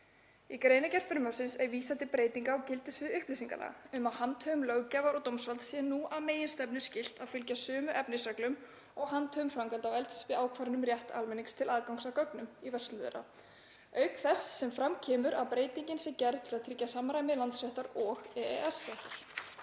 Í greinargerð frumvarpsins er vísað til breytinga á gildissviði upplýsingalaga um að handhöfum löggjafar- og dómsvalds sé nú að meginstefnu skylt að fylgja sömu efnisreglum og handhöfum framkvæmdarvalds við ákvarðanir um rétt almennings til aðgangs að gögnum í vörslu þeirra, auk þess sem fram kemur að breytingin sé gerð til að tryggja samræmi landsréttar og EES-réttar.